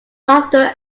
laughter